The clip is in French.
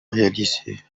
réalisé